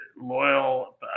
loyal